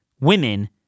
women